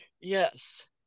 yes